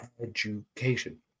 education